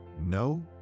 no